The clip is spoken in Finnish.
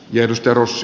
jos perus